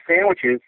sandwiches